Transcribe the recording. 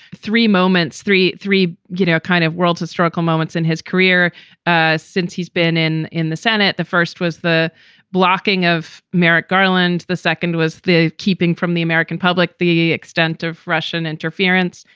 three moments, three, three, get our kind of world to struggle moments in his career ah since he's been in in the senate. the first was the blocking of merrick garland. the second was the keeping from the american public. the extent of russian interference.